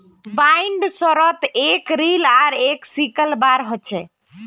बाइंडर्सत एक रील आर एक सिकल बार ह छे